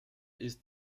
ist